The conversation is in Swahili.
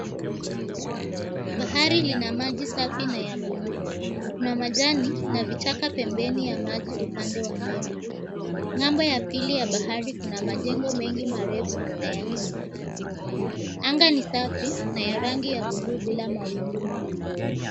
Bahari lina maji safi na ya buluu. Kuna majani na vichaka pembeni ya maji upande wa mbele. Ng'ambo ya pili ya bahari kuna majengo mengi marefu na ya kifahari. Anga ni safi na ya rangi ya buluu bila mawingu mengi.